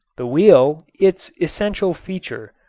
the wheel, its essential feature,